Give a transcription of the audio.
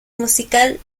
musical